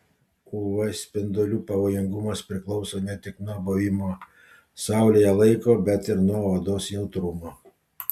uv spindulių pavojingumas priklauso ne tik nuo buvimo saulėje laiko bet ir nuo odos jautrumo